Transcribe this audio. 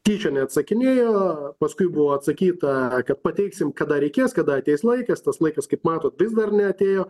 tyčia neatsakinėjo paskui buvo atsakyta kad pateiksime kada reikės kada ateis laikas tas laikas kaip matot vis dar neatėjo